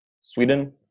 Sweden